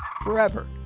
forever